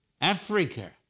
Africa